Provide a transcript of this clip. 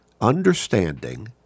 understanding